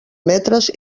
metres